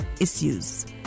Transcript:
issues